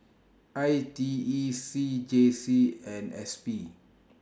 I T E C J C and S P